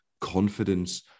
confidence